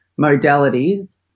modalities